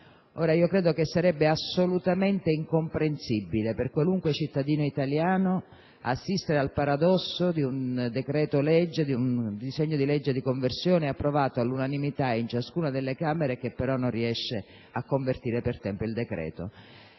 Ora, penso che sarebbe assolutamente incomprensibile per qualunque cittadino italiano assistere al paradosso di un disegno di legge di conversione, approvato all'unanimità in ciascuna delle Camere, che però non riesce a convertire per tempo il decreto.